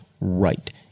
right